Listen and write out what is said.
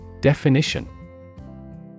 Definition